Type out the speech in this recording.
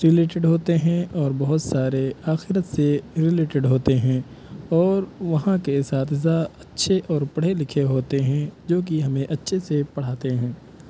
related ہوتے ہیں اور بہت سارے آخرت سے ریلیٹڈ ہوتے ہیں اور وہاں کے اساتذہ اچھے اور پڑھے لکھے ہوتے ہیں جوکہ ہمیں اچھے سے پڑھاتے ہیں